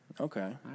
Okay